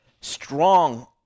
strong